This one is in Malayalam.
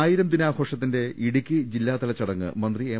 ആയിരം ദിനാഘോഷത്തിന്റെ ഇടുക്കിജില്ലാതലചടങ്ങ് മന്ത്രി എം